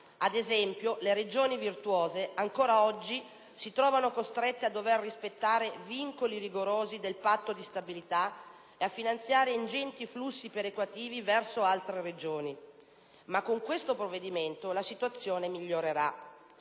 lo meritava: le Regioni virtuose, ad esempio, si trovano costrette ancora oggi a dover rispettare vincoli rigorosi del Patto di stabilità e a finanziare ingenti flussi perequativi verso altre Regioni. Ma con questo provvedimento la situazione migliorerà.